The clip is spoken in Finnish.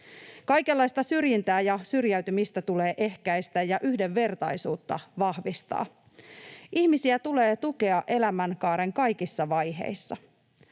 Kaikenlaista syrjintää ja syrjäytymistä tulee ehkäistä ja yhdenvertaisuutta vahvistaa. Ihmisiä tulee tukea elämänkaaren kaikissa vaiheissa.